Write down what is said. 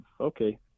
okay